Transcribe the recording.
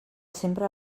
sempre